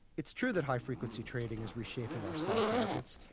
it's true that high-frequency trading is reshaping our stock markets,